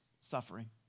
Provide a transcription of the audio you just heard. suffering